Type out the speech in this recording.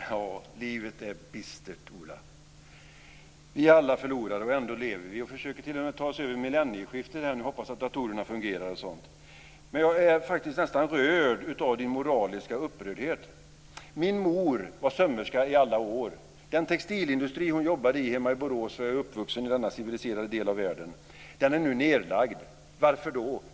Fru talman! Ja, livet är bistert, Ola Karlsson. Vi är alla förlorare, och ändå lever vi. Vi försöker t.o.m. ta oss över millennieskiftet. Jag hoppas att datorerna kommer att fungera. Jag är nästan rörd över Ola Karlssons moraliska upprördhet. Min mor var sömmerska i alla år. Den textilindustri hon jobbade i hemma i Borås - jag är uppvuxen i denna civiliserade del av världen - är nu nedlagd. Varför då?